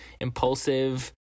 impulsive